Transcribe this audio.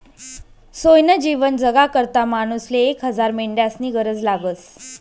सोयनं जीवन जगाकरता मानूसले एक हजार मेंढ्यास्नी गरज लागस